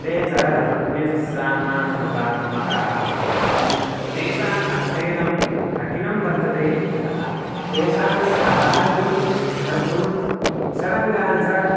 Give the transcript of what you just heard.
ते च ऋग्यचुसामाथर्वात्मकाः वर्तन्ते तेषाम् अध्ययनं कठिनं वर्तते इत्यतः तेषां सहायं कर्तुं षडङ्गानि च